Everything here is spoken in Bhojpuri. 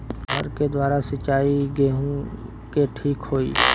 नहर के द्वारा सिंचाई गेहूँ के ठीक होखि?